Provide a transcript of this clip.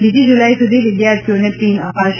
બીજી જુલાઈ સુધી વિદ્યાર્થીઓને પિન અપાશે